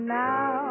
now